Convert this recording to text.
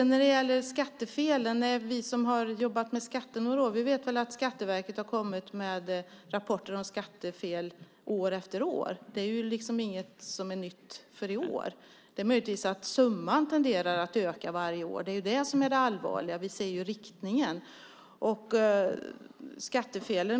När det gäller skattefelen vet vi som jobbat med skattefrågor några år att Skatteverket har kommit med rapporter om skattefel år efter år. Det är inget som är nytt för i år. Summan tenderar att öka för varje år. Det är det allvarliga. Vi ser riktningen.